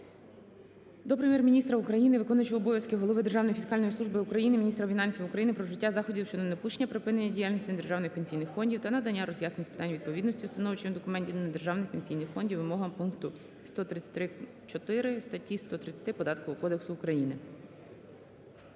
до Прем'єр-міністра України, виконуючого обов'язки голови Державної фіскальної служби України, міністра фінансів України про вжиття заходів щодо недопущення припинення діяльності недержавних пенсійних фондів та надання роз'яснень з питання відповідності установчих документів недержавних пенсійних фондів вимогам пункту 133.4 статті 133